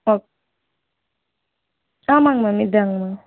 okay ஆமாங்க ma'am இதாங்க ma'am